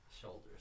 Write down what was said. Shoulders